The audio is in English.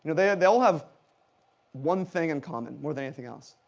they they all have one thing in common more than anything else.